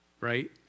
right